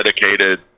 dedicated